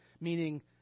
meaning